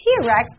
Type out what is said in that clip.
T-Rex